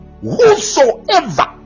whosoever